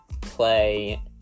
play